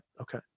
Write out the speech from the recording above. okay